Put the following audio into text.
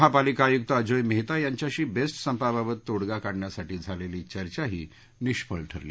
महापालिकाआयुक्त अजोय मेहता यांच्याशी बेस्ट संपाबाबत तोडगा काढण्यासाठी झालेली चर्चा निष्फळ ठरली